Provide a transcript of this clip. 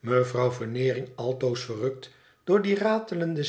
mevrouw veneering altoos verrukt door die ratelende